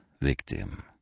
victim